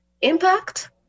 Impact